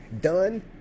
done